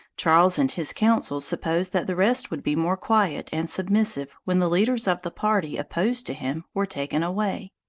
charles and his council supposed that the rest would be more quiet and submissive when the leaders of the party opposed to him were taken away.